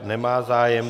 Nemá zájem.